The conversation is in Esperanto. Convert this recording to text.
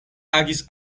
agis